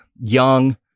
young